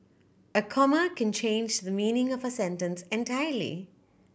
a comma can change the meaning of a sentence entirely